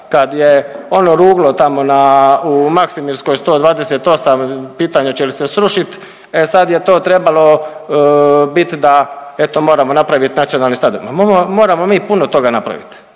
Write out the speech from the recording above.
kad je ono ruglo tamo na, u Maksimirskoj 128, pitanje je oće li se srušit, e sad je to trebalo bit da eto moramo napraviti nacionalni stadion. Pa moramo mi puno toga napraviti.